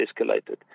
escalated